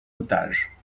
otage